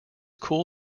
cool